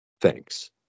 Thanks